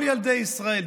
כל ילדי ישראל,